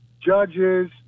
judges